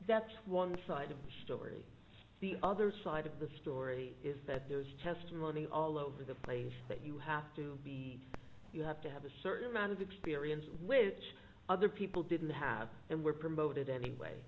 that's one side of the story the other side of the story is that there's testimony all over the place that you have to be you have to have a certain amount of experience which other people didn't have and were promoted anyway